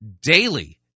Daily